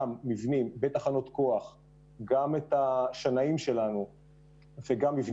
יש לנו מאגר של מהנדסים בהנחיה ובמימון